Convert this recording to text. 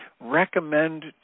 recommend